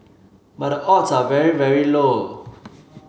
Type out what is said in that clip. but the odds are very very low